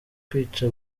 kwica